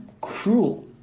cruel